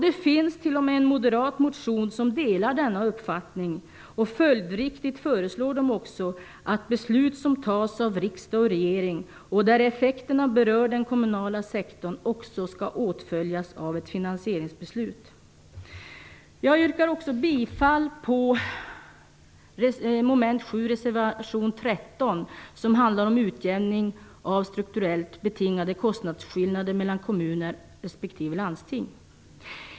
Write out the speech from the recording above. Det finns t.o.m. en moderat motion som delar denna uppfattning och följriktigt föreslår att beslut som fattas av riksdag och regering med effekter som berör den kommunala sektorn också skall åtföljas av ett finansieringsbeslut. Jag yrkar också bifall till mom. 7 i reservation 13 som handlar om utjämning av strukturellt betingade kostnadsskillnader mellan kommuner respektive landsting.